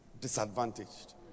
disadvantaged